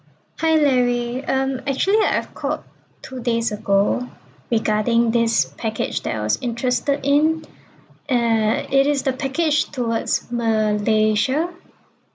hi larry um actually I've called two days ago regarding this package that I was interested in uh it is the package towards malaysia